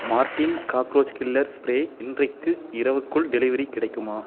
Mortein cockroach killer spray இன்றைக்கு இரவுக்குள் delivery கிடைக்குமா